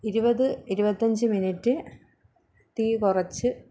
ഇരുപത് ഇരുപത്തഞ്ച് മിനിറ്റ് തീ കുറച്ച്